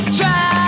try